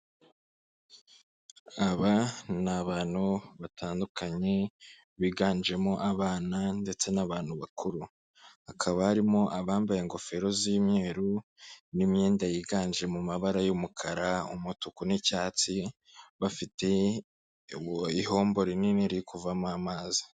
Aba ni abantu batandukanye biganjemo abana ndetse n'abantu bakuru, hakaba barimo abambaye ingofero z'umweru n'imyenda yiganje mu mabara y'umukara, umutuku n'icyatsi, bafite ihombo rinini riri kuvamo amazi.